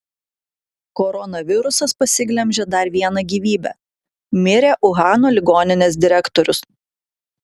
koronavirusas pasiglemžė dar vieną gyvybę mirė uhano ligoninės direktorius